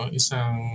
isang